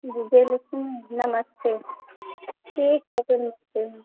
विजय लक्ष्मी नमस्ते ठीक है फिर रखते हैं